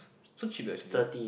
so cheap eh actually ah